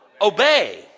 Obey